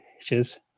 Cheers